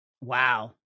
Wow